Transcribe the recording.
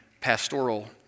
pastoral